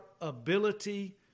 ability